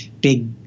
big